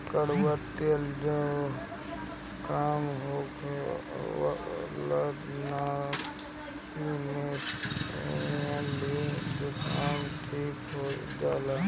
कड़ुआ तेल जुकाम होखला पअ नाकी में सुरुक लिहला से जुकाम ठिका जाला